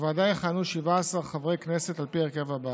בוועדה יכהנו 17 חברי כנסת, על פי ההרכב הזה: